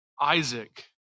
Isaac